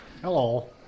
hello